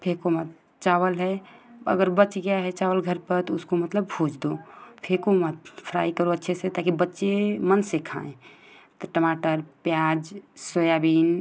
phaco मत चावल है अगर बच गया है चावल घर पर तो उसको मतलब भूँज दो फेको मत फ़्राई करो अच्छे से ताकि बच्चे मन से खाएँ तो टमाटर प्याज सोयाबीन